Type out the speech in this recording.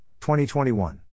2021